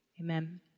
amen